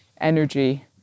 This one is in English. energy